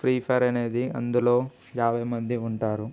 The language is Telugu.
ఫ్రీ ఫైర్ అనేది అందులో యాభై మంది ఉంటారు